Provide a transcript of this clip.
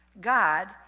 God